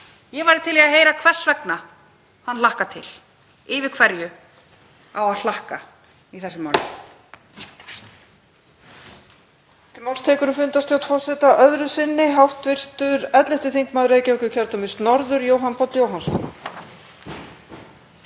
Ég væri til í að heyra hvers vegna hann hlakkar til. Yfir hverju á að hlakka í þessu máli?